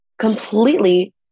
completely